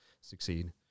succeed